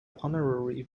honorary